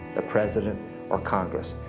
president or congress?